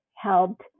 helped